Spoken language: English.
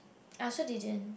I also didn't